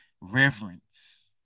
reverence